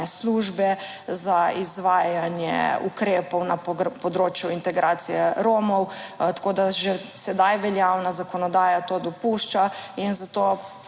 službe za izvajanje ukrepov na področju integracije Romov. Tako da že sedaj veljavna zakonodaja to dopušča in zato